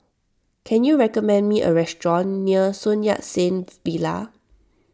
can you recommend me a restaurant near Sun Yat Sen Villa